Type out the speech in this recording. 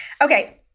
Okay